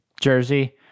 jersey